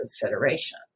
federation